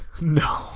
no